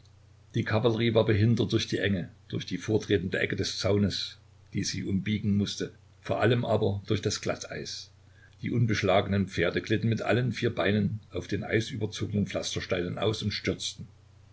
die kavallerie war behindert durch die enge durch die vortretende ecke des zaunes die sie umbiegen mußte vor allem aber durch das glatteis die